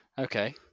Okay